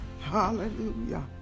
hallelujah